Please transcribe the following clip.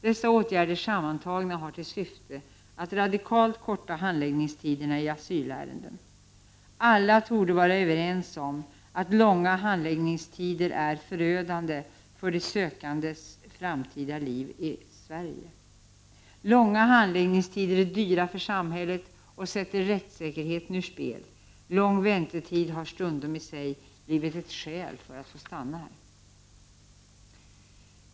Dessa åtgärder sammantagna har till syfte att radikalt korta handläggningstiderna i asylärenden. Alla torde vara överens om att långa handläggningstider är förödande för de sökandes framtida liv i Sverige. Långa handläggningstider är dyra för samhället och de sätter rättssäkerheten ur spel. Lång väntetid har stundom i sig blivit ett skäl att få stanna här.